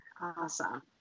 Awesome